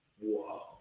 whoa